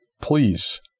please